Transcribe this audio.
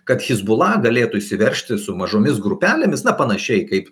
kad hezbollah galėtų įsiveržti su mažomis grupelėmis na panašiai kaip